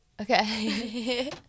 Okay